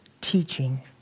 teaching